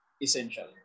essentially